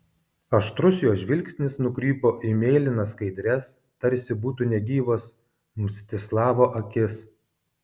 aštrus jo žvilgsnis nukrypo į mėlynas skaidrias tarsi būtų negyvos mstislavo akis